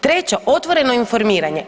Treća, otvoreno informiranje.